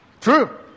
True